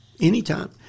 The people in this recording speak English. anytime